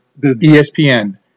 ESPN